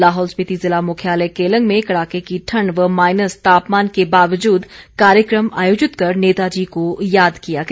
लाहौल स्पीति ज़िला मुख्यालय केलंग में कड़ाके की ठंड व माईनस तापमान के बावजूद कार्यक्रम आयोजित कर नेताजी को याद किया गया